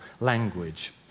language